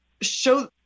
show